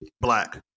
Black